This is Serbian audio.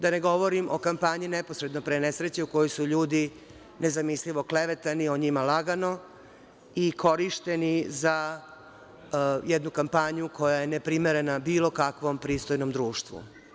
Da ne govorim o kampanji neposredno pre nesreće u kojoj su ljudi nezamislivo klevetani, o njima lagano i korišćeni za jednu kampanju koja je neprimerena bilo kakvom pristojnom društvu.